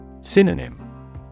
Synonym